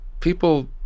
People